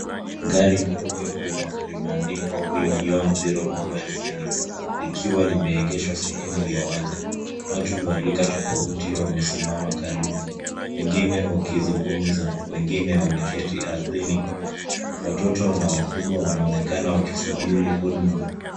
Gari jeupe kubwa limeandikwa We Beyond Zero Mobile clinic likiwa lime egeshwa sehemu ya wazi. Watu wa rika tofauti wamesimama karibu wengine wakizungumza, wengine wameketi ardhini. Watoto na wakubwa wanaonekana wakisubiri huduma.